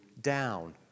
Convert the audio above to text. down